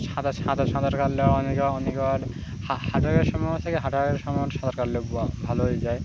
সাঁতার সাঁতার সাঁতার কাটলে অনেকের অনেকবার হার্ট অ্যাটাকের সম্ভাবনা থাকে হার্ট অ্যাটাকের সম্ভাবনা সাঁতার কাটলে ভালো হয়ে যায়